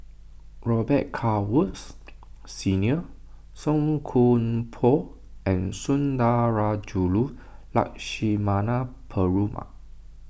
Robet Carr Woods Senior Song Koon Poh and Sundarajulu Lakshmana Perumal